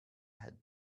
had